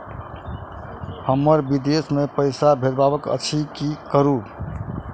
हमरा विदेश मे पैसा भेजबाक अछि की करू?